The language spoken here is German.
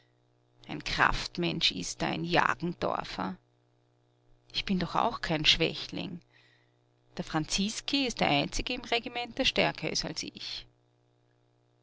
ein kraftmensch ist er ein jagendorfer ich bin doch auch kein schwächling der franziski ist der einzige im regiment der stärker ist als ich